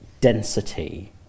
density